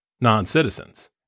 non-citizens